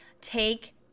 take